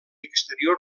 exterior